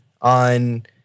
on